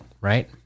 right